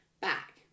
back